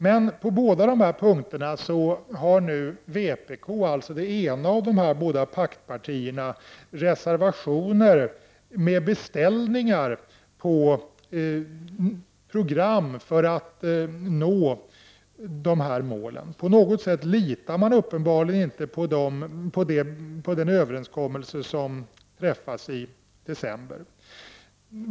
Men på båda dessa punkter har nu vpk, det ena av dessa båda paktpartier, avgett reservationer med beställningar på program för att nå dessa mål. På något sätt litar man uppenbarligen inte på den överenskommelse som träffades i december.